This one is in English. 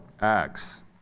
Acts